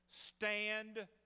stand